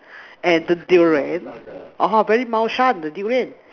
and the Durian orh very 猫山 the Durian